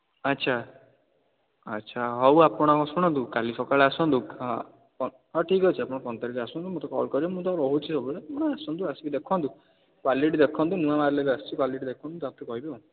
ଆଚ୍ଛା ଆଚ୍ଛା ହଉ ଆପଣ ଶୁଣନ୍ତୁ କାଲି ସକାଳେ ଆସନ୍ତୁ ହଉ ଠିକ୍ ଅଛି ଆପଣ ପନ୍ଦର ତାରିଖରେ ଆସନ୍ତୁ ମୋତେ କଲ୍ କରିବେ ମୁଁ ତ ରହୁଛି ସବୁବେଳେ ଆପଣ ଆସନ୍ତୁ ଆସିକି ଦେଖନ୍ତୁ କ୍ୱାଲିଟି ଦେଖନ୍ତୁ ନୂଆ ମାଲ୍ ଏବେ ଆସିଛି କ୍ଵାଲିଟି ତା'ପରେ କହିବେ ଆଉ